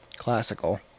Classical